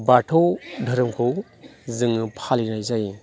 बाथौ धोरोमखौ जोङो फालिनाय जायो